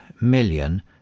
million